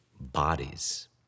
bodies